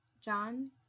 John